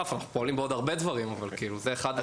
אנחנו פועלים בעוד הרבה דברים אבל זה בעל חשיבות רבה.